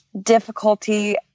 difficulty